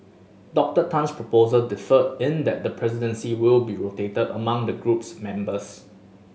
Doctor Tan's proposal differed in that the presidency will be rotated among the group's members